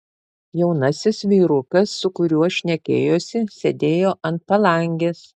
jaunasis vyrukas su kuriuo šnekėjosi sėdėjo ant palangės